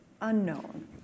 unknown